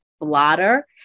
blotter